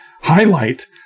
highlight